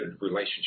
relationship